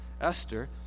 Esther